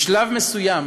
בשלב מסוים